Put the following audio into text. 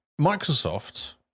Microsoft